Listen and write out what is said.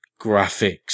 graphics